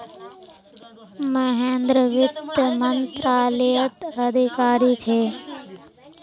महेंद्र वित्त मंत्रालयत अधिकारी छे